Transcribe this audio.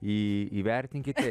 į įvertinkite